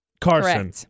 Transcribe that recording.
Carson